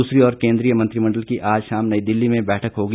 दूसरी ओर केन्द्रीय मंत्रिमंडल की आज शाम नई दिल्ली में बैठक होगी